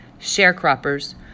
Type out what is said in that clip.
Sharecroppers